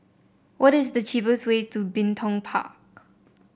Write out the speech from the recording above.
what is the cheapest way to Bin Tong Park